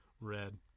red